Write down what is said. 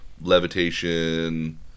levitation